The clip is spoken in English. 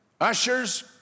Ushers